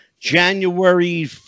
January